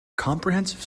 comprehensive